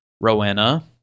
Rowena